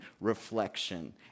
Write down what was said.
reflection